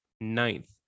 ninth